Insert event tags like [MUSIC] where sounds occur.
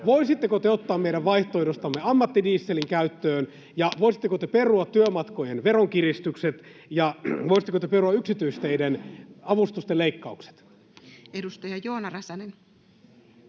Voisitteko te ottaa meidän vaihtoehdostamme ammattidieselin käyttöön? [NOISE] Voisitteko te perua työmatkojen veronkiristykset? [NOISE] Voisitteko te perua yksityisteiden avustusten leikkaukset? Edustaja Joona Räsänen.